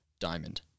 diamond